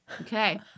Okay